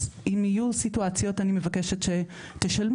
אז אם יהיו סיטואציות, אני מבקשת שתשלמו.